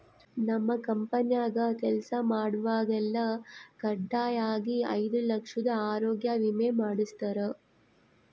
ನಮ್ ಕಂಪೆನ್ಯಾಗ ಕೆಲ್ಸ ಮಾಡ್ವಾಗೆಲ್ಲ ಖಡ್ಡಾಯಾಗಿ ಐದು ಲಕ್ಷುದ್ ಆರೋಗ್ಯ ವಿಮೆ ಮಾಡುಸ್ತಾರ